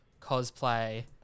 cosplay